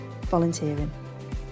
volunteering